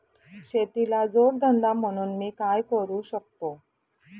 शेतीला जोड धंदा म्हणून मी काय करु शकतो?